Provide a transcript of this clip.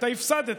אתה הפסדת.